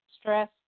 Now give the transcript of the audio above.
stress